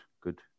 good